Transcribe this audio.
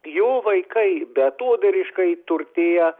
jo vaikai beatodairiškai turtėja